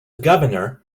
governor